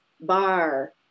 bar